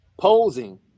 posing